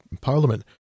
parliament